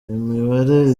imibare